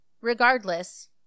regardless